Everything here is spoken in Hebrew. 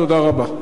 תודה רבה.